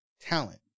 talent